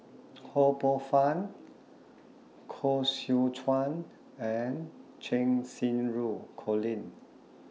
Ho Poh Fun Koh Seow Chuan and Cheng Xinru Colin